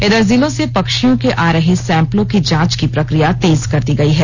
इधर जिलों से पक्षियों के आ रहे सैंपलों की जांच की प्रक्रिया तेज कर दी गई है